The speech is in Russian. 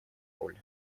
роль